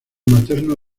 materno